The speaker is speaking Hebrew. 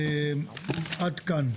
עד כאן.